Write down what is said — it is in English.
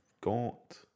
got